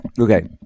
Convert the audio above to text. Okay